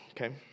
okay